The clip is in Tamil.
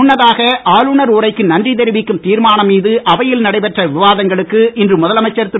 முன்னதாக ஆளுநர் உரைக்கு நன்றி தெரிவிக்கும் தீர்மானம் மீது அவையில் நடைபெற்ற விவாதங்களுக்கு இன்று முதலமைச்சர் திரு